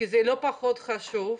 זה לא פחות חשוב,